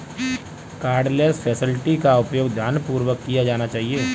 cardless facility का उपयोग ध्यानपूर्वक किया जाना चाहिए